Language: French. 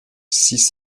six